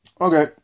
Okay